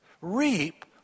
reap